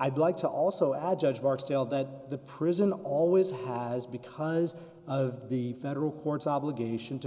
i'd like to also add judge barksdale that the prison always has because of the federal courts obligation to